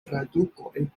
tradukoj